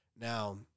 Now